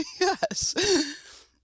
Yes